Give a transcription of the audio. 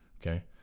Okay